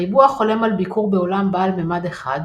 הריבוע חולם על ביקור בעולם בעל ממד אחד,